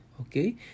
okay